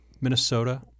Minnesota